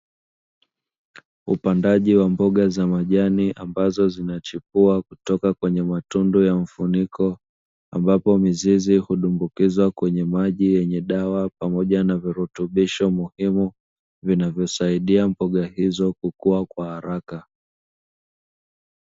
Upandaji wa mboga za majani ambazo zinachipua kutoka kwenye matundu ya mfuniko, ambapo mizizi hudumbukizwa kwenye maji yenye dawa pamoja na virutubisho muhimu vinavyosaidia mboga hizo kukua kwa haraka.